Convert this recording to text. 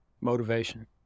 Motivation